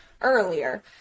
earlier